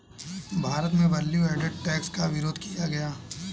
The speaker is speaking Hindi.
भारत में वैल्यू एडेड टैक्स का विरोध किया गया